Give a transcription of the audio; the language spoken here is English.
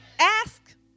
ask